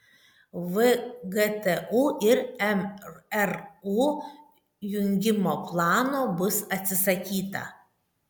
vgtu ir mru jungimo plano bus atsisakyta